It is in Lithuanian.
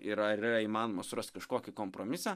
ir ar yra įmanoma surast kažkokį kompromisą